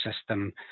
system